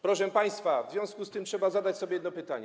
Proszę państwa, w związku z tym trzeba zadać sobie jedno pytanie.